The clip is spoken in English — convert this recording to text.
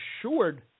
assured